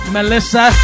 Melissa